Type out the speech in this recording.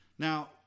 Now